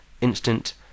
Instant